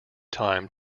time